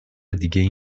دیگهای